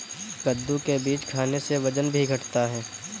कद्दू के बीज खाने से वजन भी घटता है